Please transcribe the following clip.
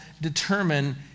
determine